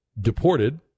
deported